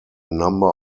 number